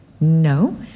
no